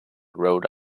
rhode